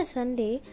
Sunday